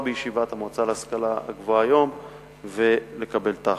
בישיבת המועצה להשכלה גבוהה היום ולקבל את ההחלטה.